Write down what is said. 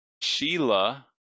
Sheila